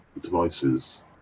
devices